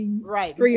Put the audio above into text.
Right